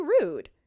rude